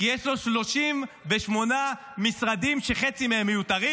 כי יש לו 38 משרדים שחצי מהם מיותרים.